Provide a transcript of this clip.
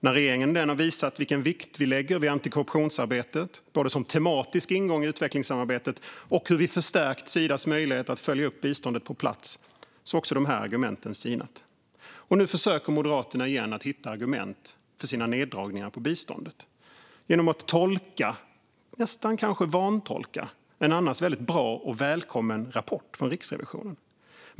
När regeringen har visat vilken vikt vi lägger vid antikorruptionsarbetet, både som tematisk ingång i utvecklingssamarbetet och när det gäller hur vi förstärkt Sidas möjlighet att följa upp biståndet på plats, har även dessa argument sinat. Nu försöker Moderaterna än en gång att hitta argument för sina neddragningar av biståndet genom att tolka - nästan vantolka - en annars väldigt bra och välkommen rapport från Riksrevisionen.